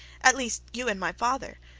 at least you and my father.